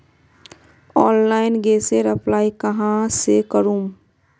Online गैसेर apply कहाँ से करूम?